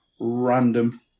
random